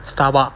Starbucks